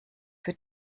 für